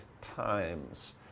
times